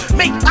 make